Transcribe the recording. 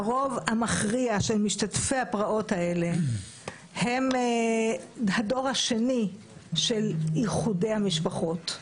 הרוב המכריע של משתתפי הפרעות האלה הם הדור השני של איחודי המשפחות.